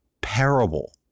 parable